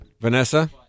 Vanessa